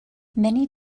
many